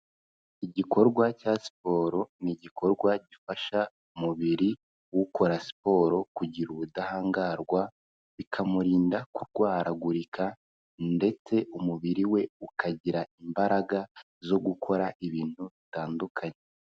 Igikorwa cya siporo n’igikorwa gifasha umubiri, ukora siporo kugira ubudahangarwa bikamurinda kurwaragurika ndetse umubiri we ukagira imbaraga zo gukora ibintu bitandukanye.